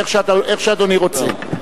איך שאדוני רוצה.